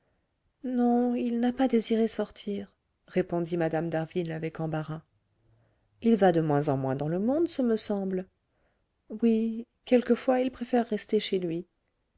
non il n'a pas désiré sortir répondit mme d'harville avec embarras il va de moins en moins dans le monde ce me semble oui quelquefois il préfère rester chez lui